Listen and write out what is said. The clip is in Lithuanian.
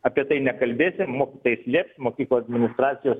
apie tai nekalbėsi taip lieps mokyklų administracijos